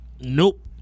nope